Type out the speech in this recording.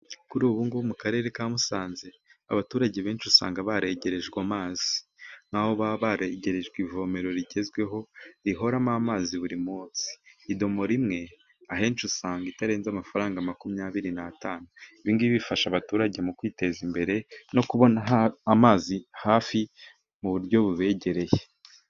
Kuri ubungubu mu karere ka Musanze, abaturage benshi usanga baregerejwe amazi. Aho baba baregerejwe ivomero rigezweho, rihoramo amazi buri munsi. Idomoro imwe, ahenshi usanga itarenze amafaranga makumyabiri n'atanu. Ibingibi bifasha abaturage mu kwiteza imbere, no kubona amazi hafi mu buryo bubegereye.